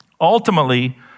Ultimately